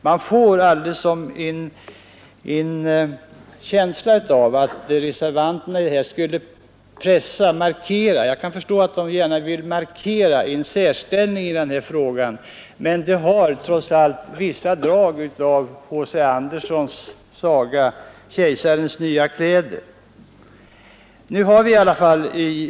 Jag kan förstå att reservanterna gärna vill markera en särställning i den här frågan, men deras förslag har trots allt vissa drag av H.C. Andersens saga Kejsarens nya kläder.